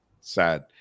sad